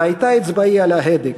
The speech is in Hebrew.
/ והייתה אצבעי על ההדק,